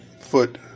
foot